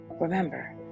Remember